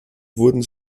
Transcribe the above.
wurden